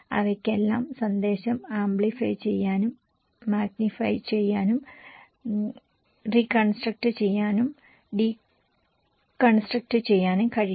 അവയ്ക്കെല്ലാം സന്ദേശം ആംപ്ലിഫയ് ചെയ്യാനും മാഗ്നിഫയ ചെയ്യാനും റീക്കൺസ്ട്രക്ട് ചെയ്യാനും ഡീക്കൺസ്ട്രക്ട് ചെയ്യാനും കഴിയും